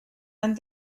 and